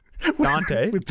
Dante